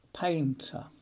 Painter